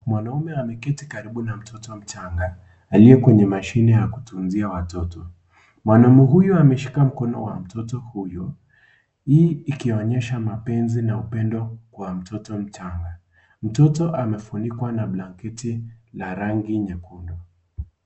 Mwanaume ameketi karibu na mtoto mchanga, aliye kwenye mashine ya kutunzia watoto. Mwanaume huyu ameshika mkono wa mtoto huyu, hii ikionyesha mapenzi na upendo kwa mtoto mchanga. Mtoto amefunikwa na blanketi la rangi nyekundu.